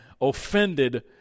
offended